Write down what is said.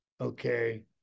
okay